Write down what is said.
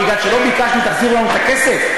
בגלל שלא מצאנו תחזירו את הכסף?